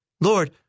Lord